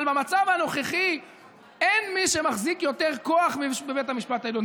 אבל במצב הנוכחי אין מי שמחזיק יותר כוח מאשר בית המשפט העליון.